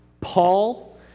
Paul